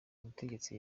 mutegetsi